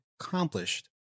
accomplished